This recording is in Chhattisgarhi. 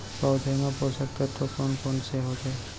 पौधे मा पोसक तत्व कोन कोन से होथे?